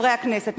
חברי הכנסת,